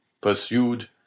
pursued